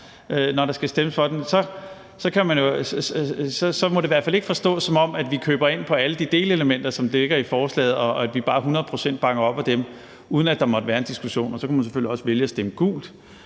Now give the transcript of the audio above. når der skal stemmes om det, må det i hvert fald ikke forstås, som om vi køber ind på alle de delelementer, som ligger i forslaget, og at vi bare hundrede procent bakker op om dem, uden at der måtte være en diskussion. Så kan vi selvfølgelig også vælge at stemme gult,